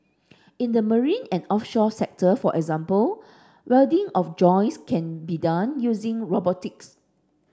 in the marine and offshore sector for example welding of joints can did done using robotics